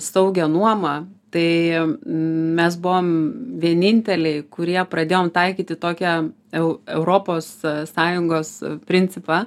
saugią nuomą tai mes buvom vieninteliai kurie pradėjom taikyti tokią eu europos sąjungos principą